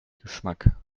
geschmack